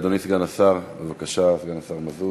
אדוני סגן השר, בבקשה, סגן השר מזוז.